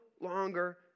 longer